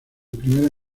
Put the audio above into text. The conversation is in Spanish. primer